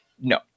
No